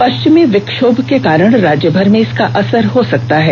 पश्चिमी विक्षोभ के कारण राज्य भर में इसका असर हो सकता है